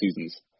seasons